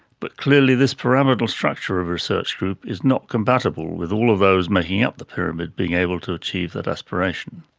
but clearly this pyramidal structure of a research group is not compatible with all of those making up the pyramid being able to achieve that aspiration.